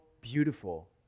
beautiful